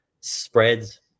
spreads